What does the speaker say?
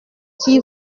qui